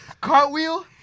cartwheel